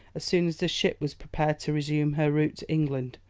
as soon as the ship was prepared to resume her route to england,